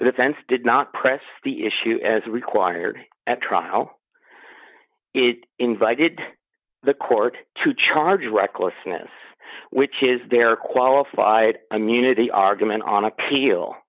defense did not press the issue as required at trial it invited the court to charge recklessness which is their qualified immunity argument on appeal